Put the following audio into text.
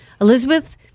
Elizabeth